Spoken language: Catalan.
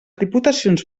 diputacions